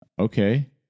okay